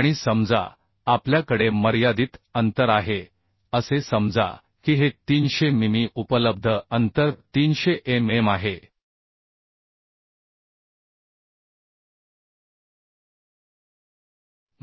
आणि समजा आपल्याकडे मर्यादित अंतर आहे असे समजा की हे 300 मिमी उपलब्ध अंतर 300mm आहे